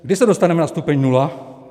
Kdy se dostaneme na stupeň nula?